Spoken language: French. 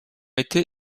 été